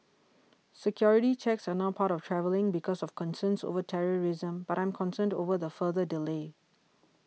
security checks are now part of travelling because of concerns over terrorism but I'm concerned over the further delay